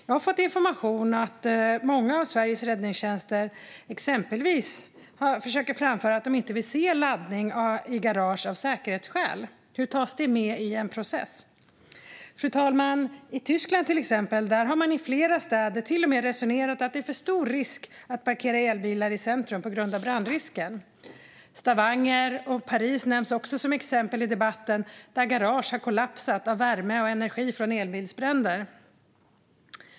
Jag har fått informationen att många av Sveriges räddningstjänster exempelvis försöker framföra att de inte vill se laddning i garage, av säkerhetsskäl. Hur tas det med i en process? Fru talman! I till exempel Tyskland har man i flera städer till och med resonerat som så att det är för stor risk att parkera elbilar i centrum, på grund av brandrisken. Stavanger och Paris nämns också som exempel i debatten. Där har garage kollapsat av värmen och energin från elbilsbränder.